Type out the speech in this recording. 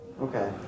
Okay